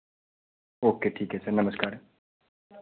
okay ठीक है sir नमस्कार